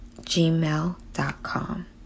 gmail.com